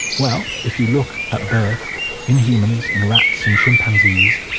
well, if you look at birth in humans, in rats, in chimpanzees,